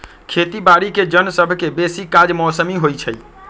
खेती बाड़ीके जन सभके बेशी काज मौसमी होइ छइ